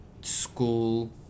school